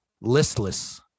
listless